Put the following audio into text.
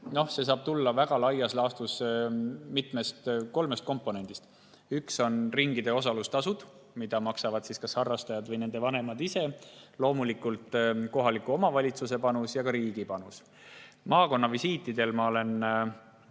et] see saab tulla väga laias laastus kolmest komponendist. Üks neist on ringide osalustasud, mida maksavad kas harrastajad või nende vanemad, [lisanduvad] loomulikult kohaliku omavalitsuse panus ja ka riigi panus. Maakonnavisiitidel olen